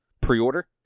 pre-order